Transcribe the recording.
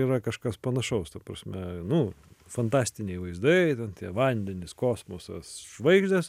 yra kažkas panašaus ta prasme nu fantastiniai vaizdai ten tie vandenys kosmosas žvaigždės